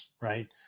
right